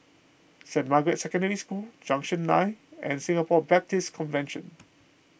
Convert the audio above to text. Saint Margaret's Secondary School Junction nine and Singapore Baptist Convention